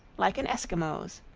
like an eskimo's.